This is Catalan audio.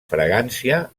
fragància